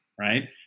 right